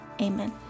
Amen